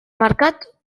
mercat